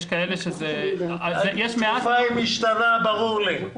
זה שהתקופה משתנה, זה ברור לי.